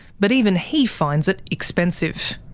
but even he finds it expensive.